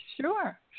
Sure